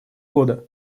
года